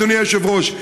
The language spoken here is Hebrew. אדוני היושב-ראש,